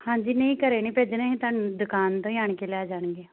ਹਾਂਜੀ ਨਹੀਂ ਘਰੇ ਨਹੀਂ ਭੇਜਣੇ ਅਸੀਂ ਤੁਹਾਨੂੰ ਦੁਕਾਨ ਤੋਂ ਹੀ ਆਣ ਕੇ ਲੈ ਜਾਣਗੇ